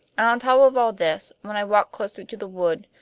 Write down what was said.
on top of all this, when i walked closer to the wood,